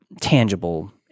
tangible